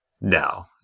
No